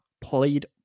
played